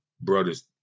brothers